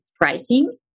pricing